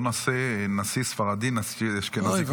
בואו נעשה נשיא ספרדי ונשיא אשכנזי,